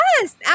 yes